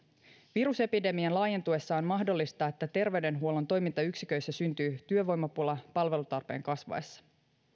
virusepidemian laajentuessa on mahdollista että terveydenhuollon toimintayksiköissä syntyy työvoimapula palvelutarpeen kasvaessa